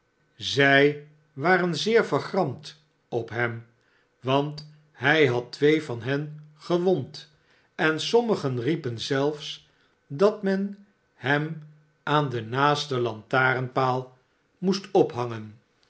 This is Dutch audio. zij waren zeer vergramd op hem want hij had twee van hen gewond en sommigen riepen zelfs dat men hem aan den naasten lantarenpaal moest ophangen